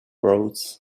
roads